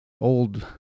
old